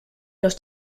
los